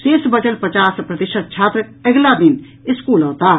शेष बचल पचास प्रतिशत छात्र अगिला दिन स्कूल अओताह